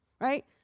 right